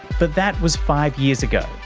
but that was five years ago,